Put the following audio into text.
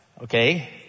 Okay